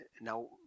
Now